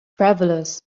travelers